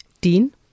Dean